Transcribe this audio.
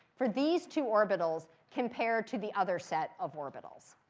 for these two orbitals compared to the other set of orbitals.